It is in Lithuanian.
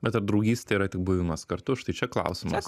bet ar draugystė yra tik buvimas kartu štai čia klausimas